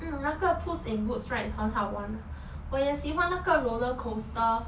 mm 那个 puss in boots right 很好玩 ah 我也喜欢那个 roller coaster